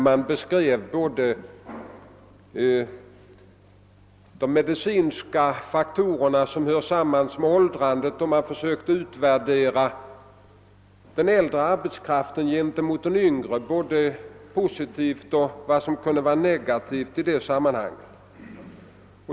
Man beskrev de medicinska faktorer som hör samman med åldrandet och försökte värdesätta den äldre arbetskraften i förhållande till den yngre både i positivt och negativt avseende.